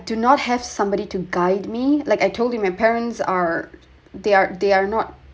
do not have somebody to guide me like I told you my parents are they are they are not